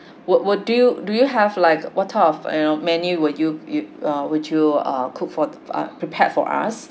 what what do you do you have like what type of you know menu would you you uh would you uh cook for uh prepare for us